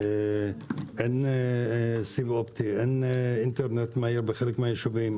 אין סיב אופטי, אין אינטרנט מהיר בחלק מהיישובים.